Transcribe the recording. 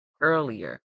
earlier